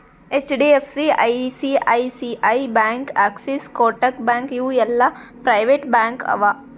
HDFC, ICICI bank, Axis, Kotak bank ಇವು ಎಲ್ಲಾ private bank ಅವಾ